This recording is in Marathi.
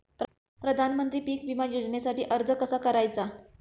प्रधानमंत्री पीक विमा योजनेसाठी अर्ज कसा करायचा?